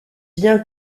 vient